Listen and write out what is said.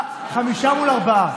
חמישה מול ארבעה.